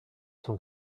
son